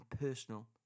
personal